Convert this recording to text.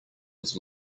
was